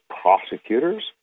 prosecutors